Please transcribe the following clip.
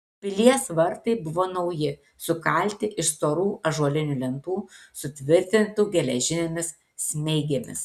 pilies vartai buvo nauji sukalti iš storų ąžuolinių lentų sutvirtintų geležinėmis smeigėmis